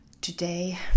today